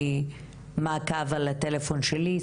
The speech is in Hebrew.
מה המניע של ההתקנה של התוכנה,